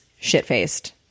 shit-faced